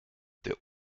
der